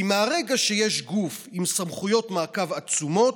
כי מהרגע שיש גוף עם סמכויות מעקב עצומות,